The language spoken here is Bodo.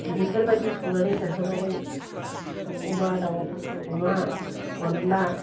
बेफोरबायदि संनानै जाहोनानै अमा दाव अमा अनला